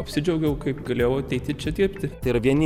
apsidžiaugiau kaip galėjau ateiti čia dirbti